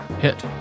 Hit